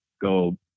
go